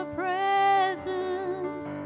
presence